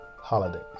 holidays